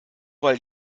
weil